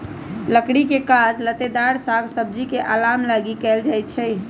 लकड़ी के काज लत्तेदार साग सब्जी के अलाम लागी कएल जाइ छइ